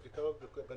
יש